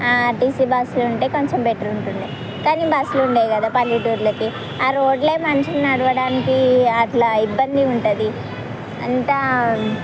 RTC బస్సులు ఉంటే కొంచెం బెటర్ ఉంటుండే కానీ బస్సులు ఉండవు కదా పల్లెటూరులో ఆ రోడ్డులే మనుష్యులు నడవడానికి అట్లా ఇబ్బందిగా ఉంటుంది అంతా